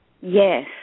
Yes